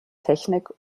technik